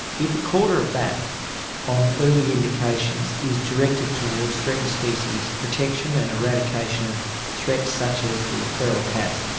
if a quarter of that on early indications is directed towards threatened species protection and eradication of threats such as the feral cats,